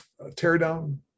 teardown